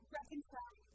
reconcile